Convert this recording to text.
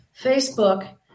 facebook